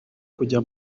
kujya